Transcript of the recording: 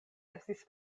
estis